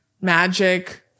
Magic